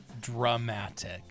dramatic